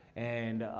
and